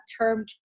term